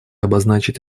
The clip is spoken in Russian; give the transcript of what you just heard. обозначить